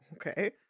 Okay